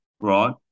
right